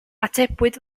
atebwyd